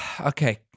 Okay